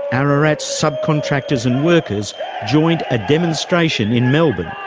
ararat's subcontractors and workers joined a demonstration in melbourne,